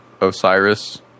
Osiris